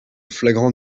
flagrant